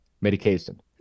medication